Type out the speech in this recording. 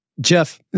Jeff